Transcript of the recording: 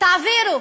תעבירו,